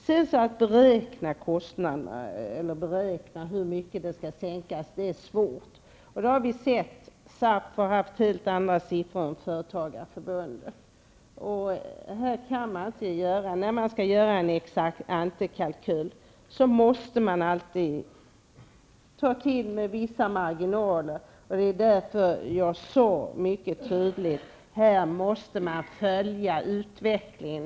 Det är svårt att beräkna kostnaderna och hur mycket arbetsgivaravgifterna skall sänkas. SAF har t.ex. haft andra siffror än Företagareförbundet. När man skall göra en exakt antekalkyl måste man alltid ta till med vissa marginaler. Därför sade jag också mycket tydligt att utvecklingen måste följas.